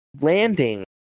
landing